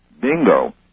bingo